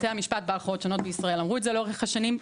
בתי המשפט בערכאות שונות אמרו את זה לאורך השנים,